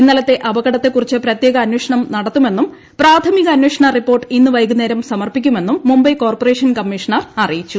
ഇന്നലെത്തെ അപകടത്തെക്കുറിച്ച് പ്രത്യേക അന്വേഷണം നടത്തുമെന്നും പ്രാഥമിക അന്വേഷണ റിപ്പോർട്ട് ഇന്ന് വൈകുന്നേരം സമർപ്പിക്കുമെന്നും മുംബൈ കോർപ്പറേഷൻ കമ്മീഷണർ അറിയിച്ചു